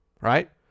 right